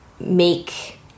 make